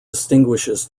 distinguishes